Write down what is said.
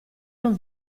non